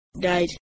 died